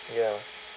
ya